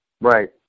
Right